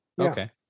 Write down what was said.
okay